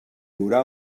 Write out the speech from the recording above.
haurà